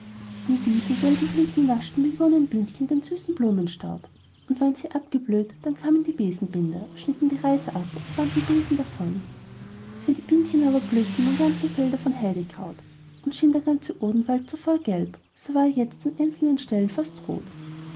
an diesen gelben blüten naschten millionen bienchen den süßen blumenstaub und waren sie abgeblüht dann kamen die besenbinder schnitten die reiser ab und banden besen davon für die bienchen aber blühten nun ganze felder von heidekraut und schien der odenwald zuvor gelb so war er jetzt an einzelnen stellen fast rot